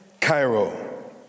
Cairo